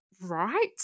right